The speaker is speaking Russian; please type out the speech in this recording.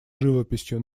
живописью